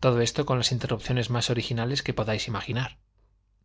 todo esto con las interrupciones más originales que podáis imaginar